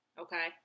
Okay